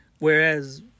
Whereas